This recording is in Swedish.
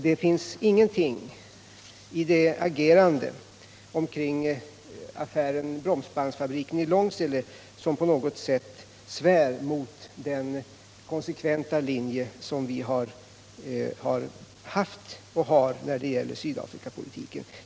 Det finns - Nr 25 ingenting i agerandet omkring affären Bromsbandsfabriken i Långsele Fredagen den som på något sätt svär mot den konsekventa linje vi har haft och har 11 november 1977 när det gäller Sydafrikapolitiken.